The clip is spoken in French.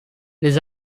les